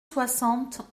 soixante